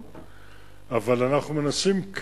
נכון, אבל אנחנו כן מנסים,